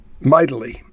mightily